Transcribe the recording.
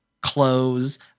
clothes